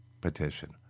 petition